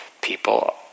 people